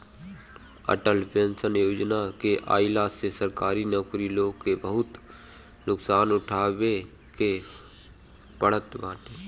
Atal pension योजना के आईला से सरकारी नौकर लोग के बहुते नुकसान उठावे के पड़ल बाटे